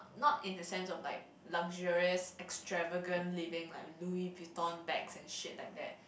not in a sense of like luxurious extravagant living like Louis Vuitton bags and shit like that